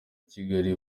kigali